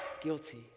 Guilty